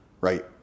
Right